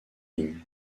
ligne